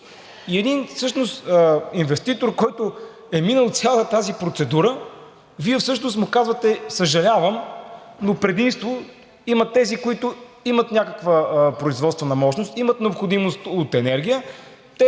и един инвеститор, който е минал цялата тази процедура. Всъщност му казвате: съжалявам, но предимство имат тези, които имат някаква производствена мощност, имат необходимост от енергия.